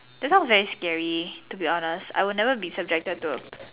that sounds very scary to be honest I would never be subjected to